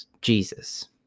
Jesus